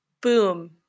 Boom